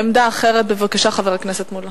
עמדה אחרת, חבר הכנסת מולה,